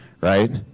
right